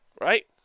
right